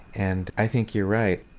and i think you're right.